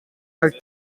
are